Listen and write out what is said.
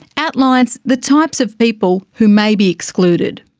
outlines the types of people who may be excluded.